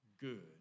good